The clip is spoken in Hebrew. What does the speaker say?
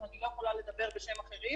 אז אני לא יכולה לדבר בשם אחרים,